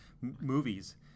movies